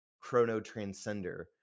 chrono-transcender